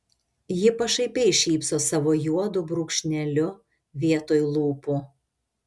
ji pašaipiai šypso savo juodu brūkšneliu vietoj lūpų